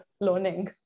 learning